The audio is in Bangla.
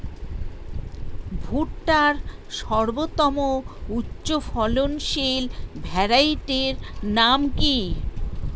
ভুট্টার সর্বোত্তম উচ্চফলনশীল ভ্যারাইটির নাম কি?